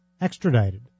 extradited